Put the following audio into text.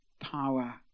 power